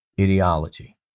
ideology